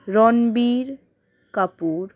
Ranbir Kapoor